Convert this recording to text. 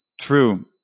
true